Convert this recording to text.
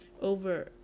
over